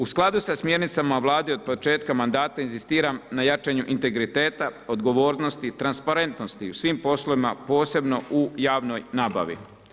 U skladu sa smjernicama Vlade od početka mandata inzistiram na jačanju integriteta, odgovornosti, transparentnosti u svim poslovima, posebno u javnoj nabavi.